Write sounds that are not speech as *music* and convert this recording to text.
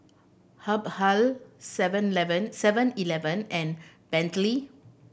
Habhal seven *unintelligible* Seven Eleven and Bentley